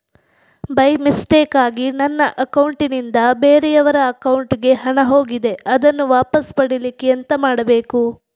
By ಮಿಸ್ಟೇಕಾಗಿ ನನ್ನ account ನಿಂದ ಬೇರೆಯವರ ಅಕೌಂಟ್ ಗೆ ಹಣ ಹೋಗಿದೆ ಅದನ್ನು ವಾಪಸ್ ಪಡಿಲಿಕ್ಕೆ ಎಂತ ಮಾಡಬೇಕು?